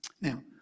Now